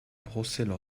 brossaient